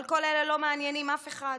אבל כל אלה לא מעניינים אף אחד.